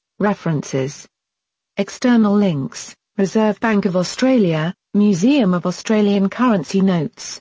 references external links reserve bank of australia museum of australian currency notes